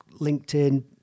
LinkedIn